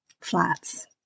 flats